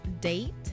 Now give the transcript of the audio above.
Date